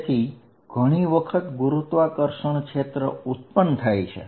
આમ ઘણી વખત ગુરુત્વાકર્ષણ ક્ષેત્ર ઉત્પન્ન થાય છે